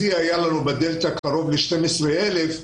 השיא היה בדלתא, קרוב ל-12 אלף,